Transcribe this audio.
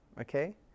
Okay